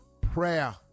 Prayer